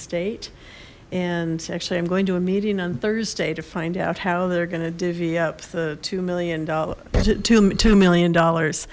state and actually i'm going to a meeting on thursday to find out how they're gonna divvy up the two million dollars to two million dollars